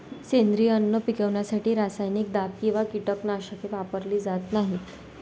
सेंद्रिय अन्न पिकवण्यासाठी रासायनिक दाब किंवा कीटकनाशके वापरली जात नाहीत